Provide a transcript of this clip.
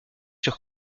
sur